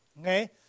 Okay